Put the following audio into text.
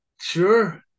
Sure